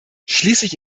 schließlich